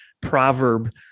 proverb